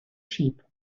sheep